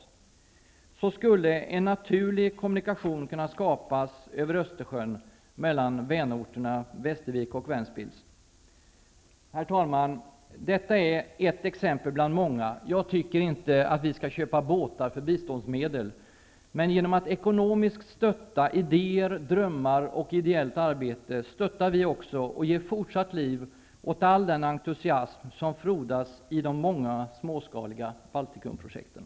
På så sätt skulle en naturlig kommunikation kunna skapas över Östersjön mellan vänorterna Västervik och Ventspils. Herr talman! Detta är ett exempel bland många. Jag tycker inte att vi skall köpa båtar för biståndsmedel, men genom att ekonomiskt stötta idéer, drömmar och ideellt arbete stöttar vi också och ger fortsatt liv åt all den entusiasm som frodas i de många småskaliga Baltikumprojekten.